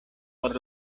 por